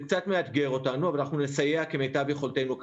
אני קיבלתי החלטה שאת המחלקה הזו פתחתי מעבר למיטות בית החולים,